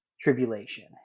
Tribulation